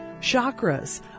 chakras